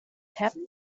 happened